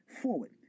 forward